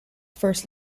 first